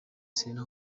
serena